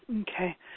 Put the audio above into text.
Okay